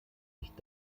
nicht